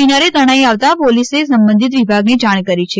કિનારે તણાઇ આવતાં પોલિસે સંબંધિત વિભાગને જાણ કરી છે